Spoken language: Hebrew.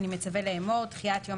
אני מצווה לאמור: דחיית יום